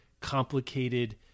complicated